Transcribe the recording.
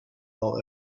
all